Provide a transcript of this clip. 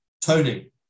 tony